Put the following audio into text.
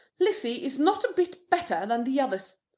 lizzy is not a bit better than the others.